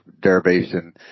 derivation